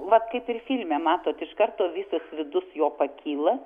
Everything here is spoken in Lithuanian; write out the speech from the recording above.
vat kaip ir filme matot iš karto visas vidus jo pakyla